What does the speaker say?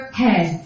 head